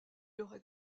aurait